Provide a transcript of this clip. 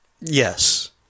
Yes